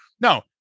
no